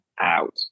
out